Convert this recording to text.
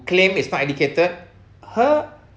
claim is not educated her